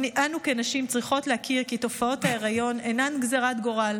אנו כנשים צריכות להכיר כי תופעות ההיריון אינן גזרת גורל